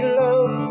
love